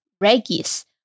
Regis